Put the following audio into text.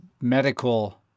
medical